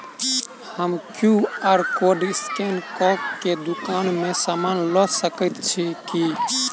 हम QR code scan कऽ केँ दुकान मे समान लऽ सकैत छी की?